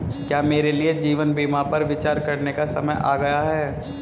क्या मेरे लिए जीवन बीमा पर विचार करने का समय आ गया है?